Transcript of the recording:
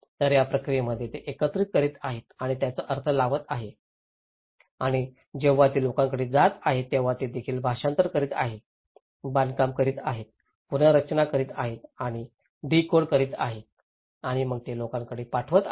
तर या प्रक्रियेमध्ये ते एकत्रित करीत आहेत आणि त्याचा अर्थ लावत आहेत आणि जेव्हा ते लोकांकडे जात आहेत तेव्हा ते देखील भाषांतर करीत आहेत बांधकाम करीत आहेत पुनर्रचना करीत आहेत आणि डीकोड करीत आहेत आणि मग ते लोकांकडे पाठवत आहेत